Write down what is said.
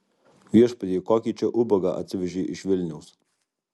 viešpatie kokį čia ubagą atsivežei iš vilniaus